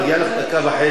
מגיעה לך דקה וחצי.